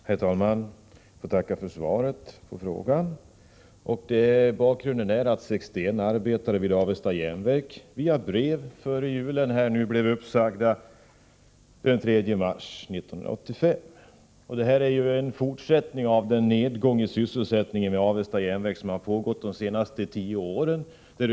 Herr talman! Jag ber att få tacka för svaret på frågan. Bakgrunden till . frågan är att 61 arbetare vid Avesta järnverk via brev före jul blev uppsagda fr.o.m. den 3 mars 1985. Det här är en fortsättning av den nedgång i sysselsättningen vid Avesta järnverk som pågått de senaste tio åren.